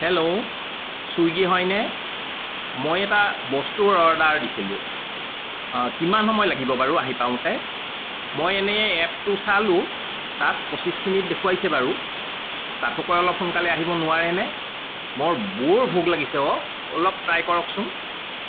hello Swiggy হয়নে মই এটা বস্তুৰ অৰ্ডাৰ দিছিলোঁ কিমান সময় লাগিব বাৰু আহি পাওঁতে মই এনেই এপটো চালোঁ তাত পঁচিছ মিনিট দেখুৱাইছে বাৰু তাতোকৈ অলপ সোনকালে আহিব নোৱাৰেনে বৰ বৰ ভোক লাগিছে অ' অলপ ট্ৰাই কৰকচোন